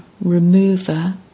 remover